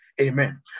Amen